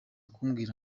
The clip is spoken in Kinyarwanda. kumbwira